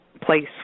place